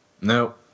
No